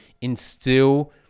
instill